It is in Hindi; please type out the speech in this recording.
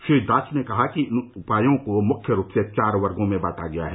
श्री दास ने कहा कि इन उपायों को मुख्य रूप से चार वर्गों में बांटा गया है